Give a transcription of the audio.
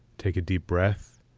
take a deep breath,